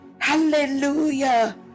Hallelujah